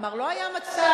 כלומר לא היה מצב,